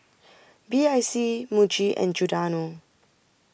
B I C Muji and Giordano